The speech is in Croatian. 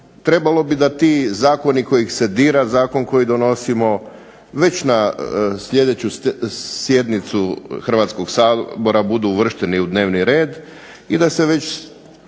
trebalo bi da ti zakoni kojih se dira zakon koji donosimo već na sljedeću sjednicu Hrvatskog sabora budu uvršteni u dnevni red i da se već